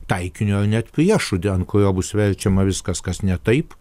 taikiniu ar net priešu di ant kurio bus verčiama viskas kas ne taip